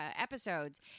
episodes